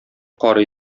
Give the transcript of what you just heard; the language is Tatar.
карый